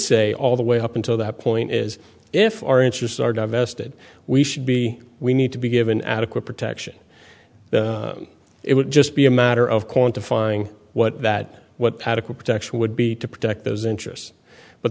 say all the way up until that point is if our interests are divested we should be we need to be given adequate protection it would just be a matter of quantifying what that what adequate protection would be to protect those interests but